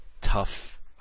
tough